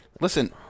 Listen